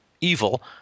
evil